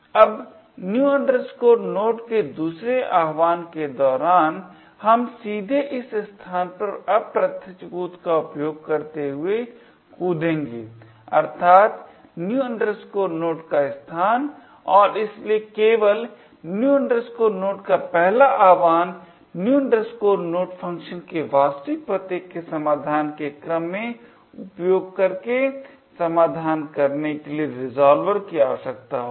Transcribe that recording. अब new node के दूसरे आह्वान के दौरान हम सीधे इस स्थान पर अप्रत्यक्ष कूद का उपयोग करते हुए कूदेंगे अर्थात् new node का स्थान और इसलिए केवल new node का पहला आह्वान new node फ़ंक्शन के वास्तविक पते के समाधान के क्रम में उपयोग करके समाधान करने के लिए रिज़ॉल्वर की आवश्यकता होगी